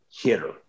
hitter